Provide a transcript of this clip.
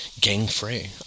gang-free